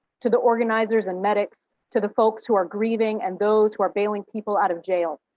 to the organizers and medics, to the folks who are grieving and those who are bailing people out of jail,